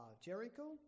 Jericho